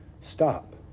stop